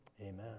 Amen